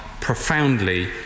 profoundly